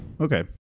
Okay